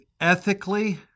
ethically